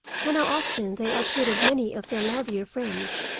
and how often they outwitted many of their livelier friends.